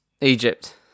Egypt